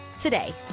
today